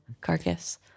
carcass